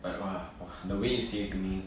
but !wah! the way you say it to me